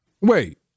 Wait